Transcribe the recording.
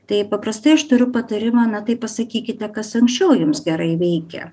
taip paprastai aš turiu patarimą na tai pasakykite kas anksčiau jums gerai veikė